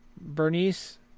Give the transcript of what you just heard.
Bernice